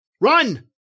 Run